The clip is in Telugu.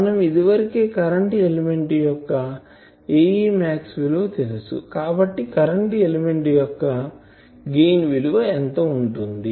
మనకు ఇదివరకే కరెంటు ఎలిమెంట్ యొక్క Ae max విలువ తెలుసు కాబట్టి కరెంటు ఎలిమెంట్ యొక్క గెయిన్ విలువ ఎంత ఉంటుంది